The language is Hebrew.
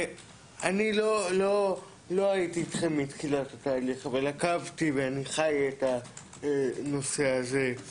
אני לא הייתי אתכם מתחילת התהליך אבל עקבתי ואני חי את הנושא הזה.